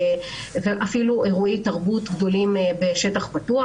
אפילו אירועי תרבות גדולים בשטח פתוח.